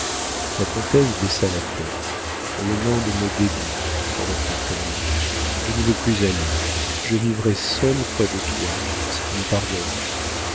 la comtesse baissa la tête le monde me dégoûte reprit-elle je n'y veux plus aller je vivrai seule près de toi si tu me pardonnes